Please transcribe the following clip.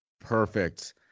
perfect